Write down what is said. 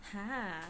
!huh!